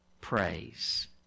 praise